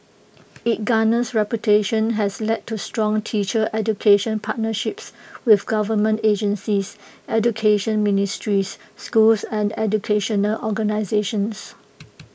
its garnered reputation has led to strong teacher education partnerships with government agencies education ministries schools and educational organisations